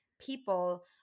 people